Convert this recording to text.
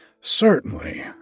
Certainly